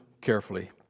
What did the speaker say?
carefully